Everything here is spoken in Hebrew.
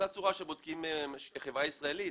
באותה צורה שבודקים חברה ישראלית,